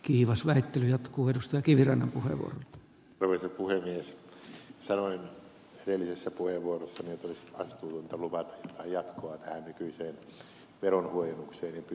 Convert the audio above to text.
sanoin edellisessä puheenvuorossani että olisi vastuutonta luvata jatkoa tähän nykyiseen veronhuojennukseen ja pysyn tässä kannassani